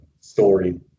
story